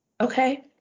Okay